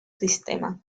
sistema